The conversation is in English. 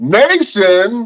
nation